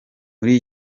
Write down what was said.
muri